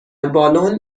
بالن